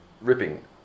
ripping